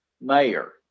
mayor